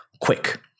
quick